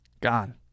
Gone